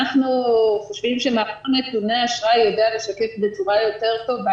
חושבים שמאגר נתוני האשראי יודע לשקף בצורה יותר טובה